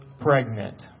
pregnant